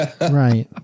Right